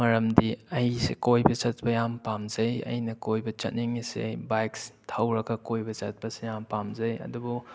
ꯃꯔꯝꯗꯤ ꯑꯩꯁꯦ ꯀꯣꯏꯕ ꯆꯠꯄ ꯌꯥꯝ ꯄꯥꯝꯖꯩ ꯑꯩꯅ ꯀꯣꯏꯕ ꯆꯠꯅꯤꯡꯂꯤꯁꯦ ꯕꯥꯏꯛ ꯊꯧꯔꯒ ꯀꯣꯏꯕ ꯆꯠꯄꯁꯦ ꯌꯥꯝ ꯄꯥꯝꯖꯩ ꯑꯗꯨꯕꯨ